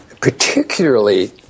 Particularly